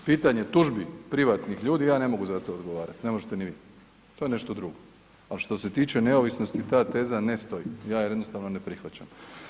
Pitanje tužbi privatnih ljudi, ja ne mogu za to odgovarati, ne možete ni vi, to je nešto drugo, ali što se tiče neovisnosti ta teza ne stoji, ja je jednostavno ne prihvaćam.